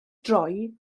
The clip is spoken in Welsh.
droi